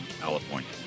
California